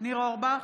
ניר אורבך,